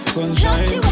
Sunshine